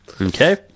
Okay